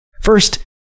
First